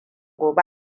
gobe